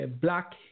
Black